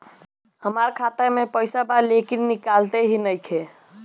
हमार खाता मे पईसा बा लेकिन निकालते ही नईखे?